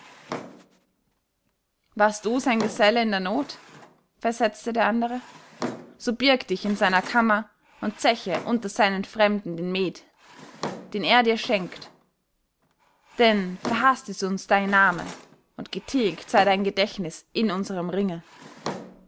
warst du sein geselle in der not versetzte der andere so birg dich in seiner kammer und zeche unter seinen fremden den met den er dir schenkt denn verhaßt ist uns dein name und getilgt sei dein gedächtnis in unserem ringe